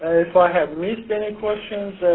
if i have missed any questions, or